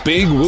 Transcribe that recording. Big